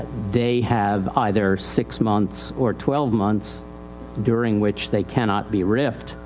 they have either six months or twelve months during which they cannot be rifid.